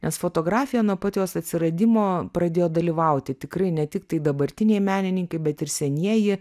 nes fotografija nuo pat jos atsiradimo pradėjo dalyvauti tikrai ne tiktai dabartiniai menininkai bet ir senieji